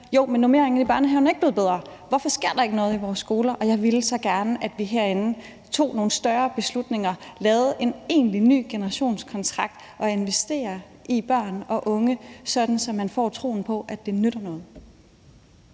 Jo, men normeringerne i børnehaven er ikke blevet bedre, og hvorfor sker der ikke noget i vores skoler? Jeg ville så gerne, at vi herinde tog nogle større beslutninger, lavede en egentlig ny generationskontrakt og investerede i børn og unge, sådan at man får troen på, at det nytter noget.